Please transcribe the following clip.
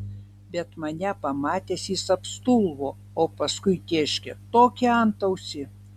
bet mane pamatęs jis apstulbo o paskui tėškė tokį antausį